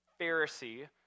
Pharisee